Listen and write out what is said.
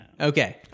okay